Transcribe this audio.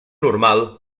normal